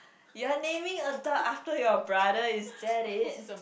you're naming a dog after your brother is that it